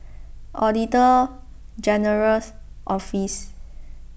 Auditor General's Office